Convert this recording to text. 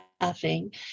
laughing